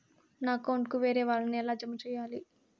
నా అకౌంట్ కు వేరే వాళ్ళ ని ఎలా జామ సేయాలి?